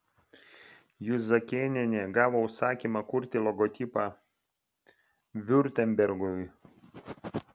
juzakėnienė gavo užsakymą kurti logotipą viurtembergui